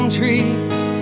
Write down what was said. trees